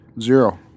Zero